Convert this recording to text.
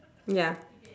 ya